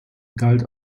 galt